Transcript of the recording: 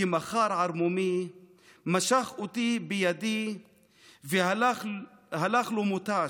כי מחר ערמומי / משך אותי בידי והלך לו מותש.